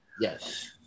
Yes